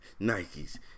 Nikes